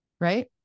Right